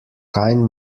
kein